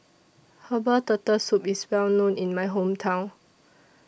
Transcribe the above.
Herbal Turtle Soup IS Well known in My Hometown